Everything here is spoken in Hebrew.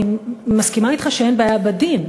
אני מסכימה אתך שאין בעיה בדין.